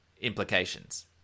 implications